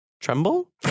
tremble